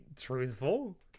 truthful